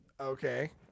Okay